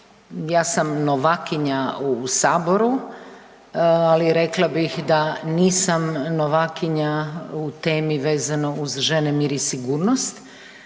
ja sam novakinja u saboru, ali rekla bi da nisam novakinja u temi vezano uz žene, mir i sigurnost.